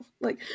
Like-